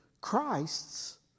Christ's